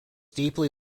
deeply